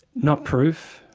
not proof,